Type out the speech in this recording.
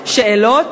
שאלות.